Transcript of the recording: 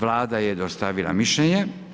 Vlada je dostavila mišljenje.